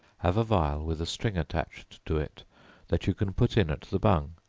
have a phial with a string attached to it that you can put in at the bung.